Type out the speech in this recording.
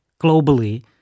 globally